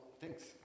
thanks